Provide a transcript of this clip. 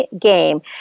game